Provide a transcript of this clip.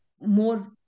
more